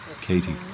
Katie